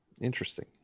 Interesting